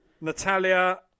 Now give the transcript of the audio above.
Natalia